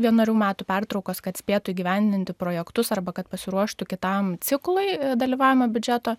vienerių metų pertraukos kad spėtų įgyvendinti projektus arba kad pasiruoštų kitam ciklui dalyvavimo biudžeto